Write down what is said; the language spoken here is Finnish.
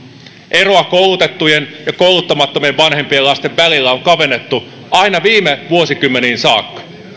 eroa koulutettujen ja kouluttamattomien vanhempien lasten välillä on kavennettu aina viime vuosikymmeniin saakka